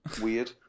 weird